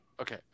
Okay